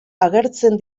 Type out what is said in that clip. agertzen